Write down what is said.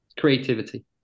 creativity